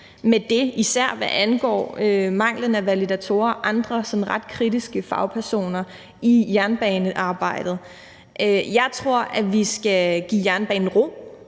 med det, især hvad angår mangelen på validatorer og andre sådan ret kritiske fagpersoner i jernbanearbejdet. Jeg tror, at vi skal give jernbanen ro;